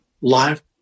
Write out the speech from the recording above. life